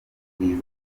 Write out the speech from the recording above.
bwiza